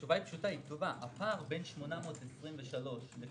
התשובה פשוטה וכתובה: הפער בין 823 לבין